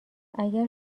اگر